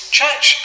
church